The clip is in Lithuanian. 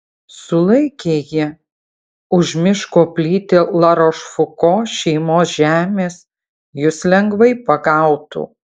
sulaikė ji už miško plyti larošfuko šeimos žemės jus lengvai pagautų